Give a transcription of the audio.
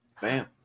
Bam